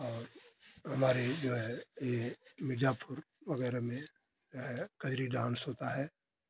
और हमारी जो है ये मिर्ज़ापुर वगैरह में जो है कजरी डांस होता है